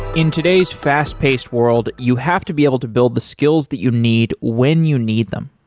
in today's fast-paced world, you have to be able to build the skills that you need when you need them.